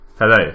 Hello